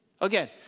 Again